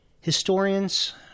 Historians